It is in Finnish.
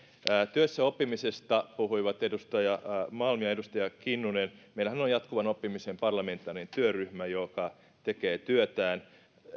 työssäoppimisesta puhuivat edustaja malm ja edustaja kinnunen meillähän on on jatkuvan oppimisen parlamentaarinen työryhmä joka tekee työtään